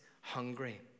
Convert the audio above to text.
hungry